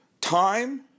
time